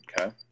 Okay